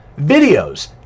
videos